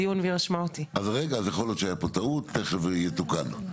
תיכף יתוקן.